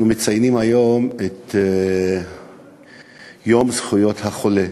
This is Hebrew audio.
אנחנו מציינים היום את יום זכויות החולה.